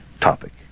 topic